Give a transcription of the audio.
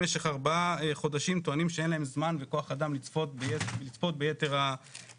במשך ארבעה חודשים הם טוענים שאין להם זמן וכח אדם לצפות ביתר הסרטונים,